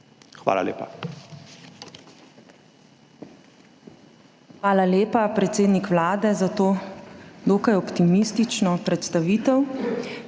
ZUPANČIČ: Hvala lepa, predsednik Vlade, za to dokaj optimistično predstavitev.